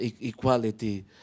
equality